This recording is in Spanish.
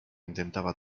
intentaba